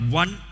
one